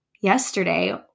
Yesterday